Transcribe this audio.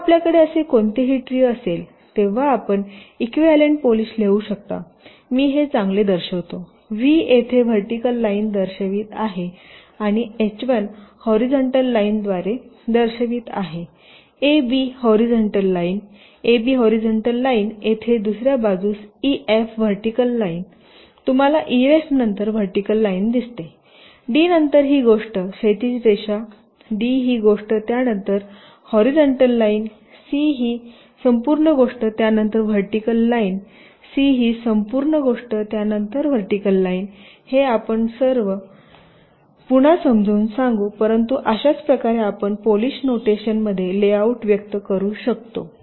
जेव्हा आपल्याकडे असे कोणतेही ट्री असेल तेव्हा आपण इक्विव्हॅलेंट पॉलिश लिहू शकता मी हे चांगले दर्शवितोV येथे व्हर्टिकल लाईन दर्शवित आहे आणि HI हॉरीझॉन्टल लाईन द्वारे दर्शवित आहे अब हॉरीझॉन्टल लाईन अब हॉरीझॉन्टल लाईन येथे दुसर्या बाजूस ef व्हर्टिकल लाईन तुम्हाला ef नंतर व्हर्टिकल लाईन दिसते डी नंतर ही गोष्ट क्षैतिज रेखा d ही गोष्ट त्यानंतर हॉरीझॉन्टल लाईन c ही संपूर्ण गोष्ट त्यानंतर व्हर्टिकल लाईन c ही संपूर्ण गोष्ट त्यानंतर व्हर्टिकल लाईन हे आपण नंतर पुन्हा समजावून सांगू परंतु अशाच प्रकारे आपण पॉलिश नोटेशन मध्ये लेआउट व्यक्त करू शकतो